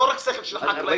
לא רק שכל של החקלאים,